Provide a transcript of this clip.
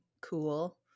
cool